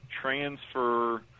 transfer